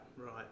right